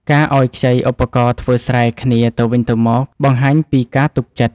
ការឱ្យខ្ចីឧបករណ៍ធ្វើស្រែគ្នាទៅវិញទៅមក បង្ហាញពីការទុកចិត្ត។